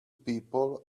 people